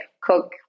cook